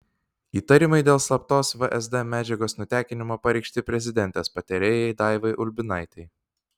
įtarimai dėl slaptos vsd medžiagos nutekinimo pareikšti prezidentės patarėjai daivai ulbinaitei